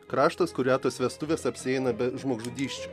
kraštas kur retos vestuvės apsieina be žmogžudysčių